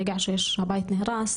ברגע שהבית נהרס,